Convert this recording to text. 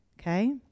Okay